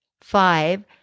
five